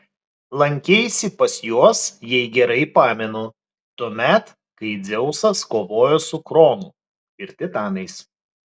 lankeisi pas juos jei gerai pamenu tuomet kai dzeusas kovojo su kronu ir titanais